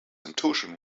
intuition